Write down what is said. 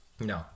No